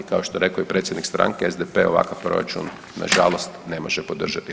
Ako što je rekao i predsjednik stranke, SDP ovakav proračun nažalost ne može podržati.